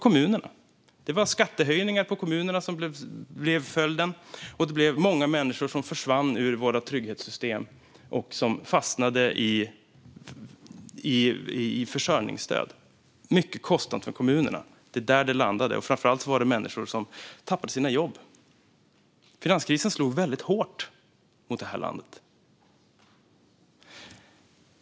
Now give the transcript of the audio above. Följden blev skattehöjningar i kommunerna, och många människor försvann ur våra trygghetssystem och fastnade i försörjningsstöd. Det blev mycket kostsamt för kommunerna. Det var där det landade, och framför allt tappade människor sina jobb. Finanskrisen slog väldigt hårt mot det här landet.